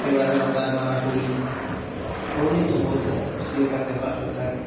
उसके बाद आता हमारा आता है होली होली तो बहुत खुशियों का त्यौहार होता है